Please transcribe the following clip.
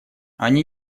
они